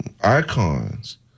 icons